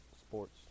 sports